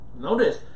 Notice